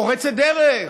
פורצת דרך,